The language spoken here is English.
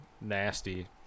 nasty